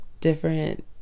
different